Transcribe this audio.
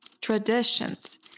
traditions